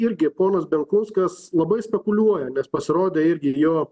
irgi ponas benkunskas labai spekuliuoja nes pasirodė irgi jo